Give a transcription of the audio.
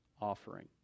offering